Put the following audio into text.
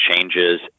changes